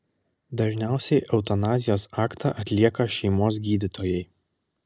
dažniausiai eutanazijos aktą atlieka šeimos gydytojai